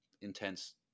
intense